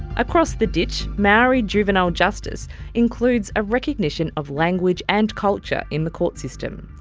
across the ditch, maori juvenile justice includes a recognition of language and culture in the court system.